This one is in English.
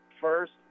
first